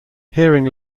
hearing